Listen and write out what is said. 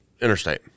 interstate